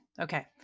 Okay